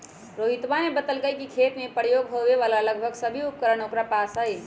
रोहितवा ने बतल कई कि खेत में प्रयोग होवे वाला लगभग सभी उपकरण ओकरा पास हई